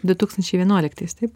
du tūkstančiai vienuoliktais taip